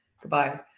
goodbye